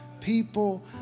People